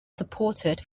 supported